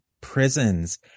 prisons